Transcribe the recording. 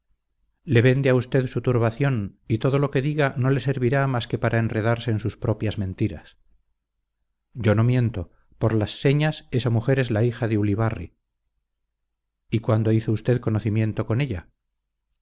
le vende a usted su turbación y todo lo que diga no le servirá más que para enredarse en sus propias mentiras yo no miento por las señas esa mujer es la hija de ulibarri y cuándo hizo usted conocimiento con ella